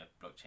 blockchain